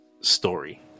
story